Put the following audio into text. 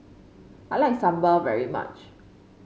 I like sambal very much